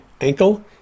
ankle